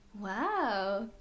Wow